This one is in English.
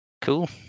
Cool